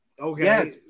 Okay